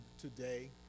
today